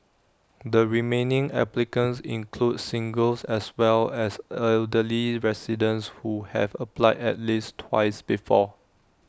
the remaining applicants include singles as well as elderly residents who have applied at least twice before